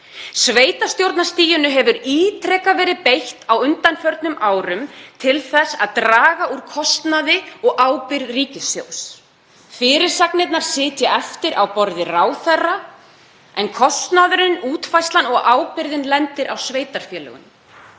Sveitarstjórnarstiginu hefur ítrekað verið beitt á undanförnum árum til þess að draga úr kostnaði og ábyrgð ríkissjóðs. Fyrirsagnirnar sitja eftir á borði ráðherra en kostnaðurinn, útfærslan og ábyrgðin lendir á sveitarfélögunum.